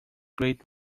great